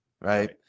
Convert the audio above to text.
Right